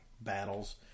battles